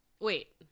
Wait